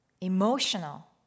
emotional